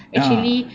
ah